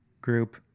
group